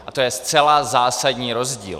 A to je zcela zásadní rozdíl.